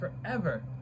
forever